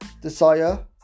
desire